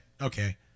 okay